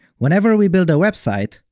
whenever we build a website,